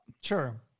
Sure